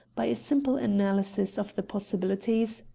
by a simple analysis of the possibilities,